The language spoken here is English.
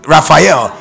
Raphael